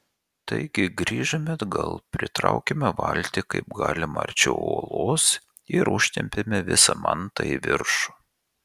taigi grįžome atgal pritraukėme valtį kaip galima arčiau uolos ir užtempėme visą mantą į viršų